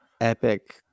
Epic